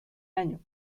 año